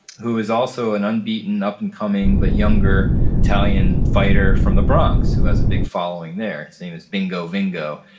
who is also an unbeaten, up-and-coming but younger italian fighter from the bronx who has a big following there. his name is bingo vingo,